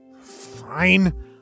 Fine